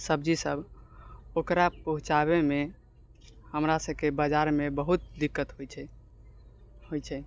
सब्जी सभ ओकरा पहुँचाबैमे हमरा सभके बजारमे बहुत दिक्कत होइ छै होइ छै